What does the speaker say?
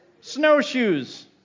Snowshoes